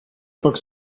pak